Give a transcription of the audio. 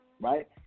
right